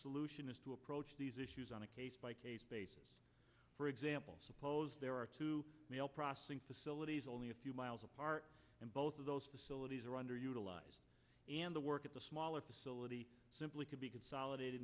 solution is to approach these issues on a case by case basis for example suppose there are two mail processing facilities only a few miles apart and both of those facilities are underutilized and the work at the smaller silica simply could be consolidated